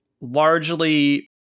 largely